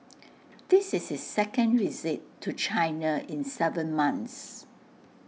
this is his second visit to China in Seven months